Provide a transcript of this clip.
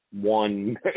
one